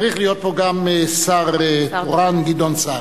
צריך להיות פה גם שר תורן, גדעון סער.